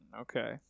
Okay